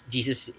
Jesus